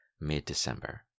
mid-December